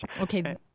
okay